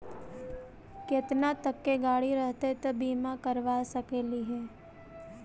केतना तक के गाड़ी रहतै त बिमा करबा सकली हे?